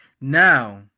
Now